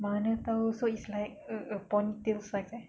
mana tahu so it's like a a palm thing sized eh